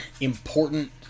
important